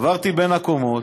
עברתי בין הקומות,